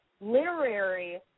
literary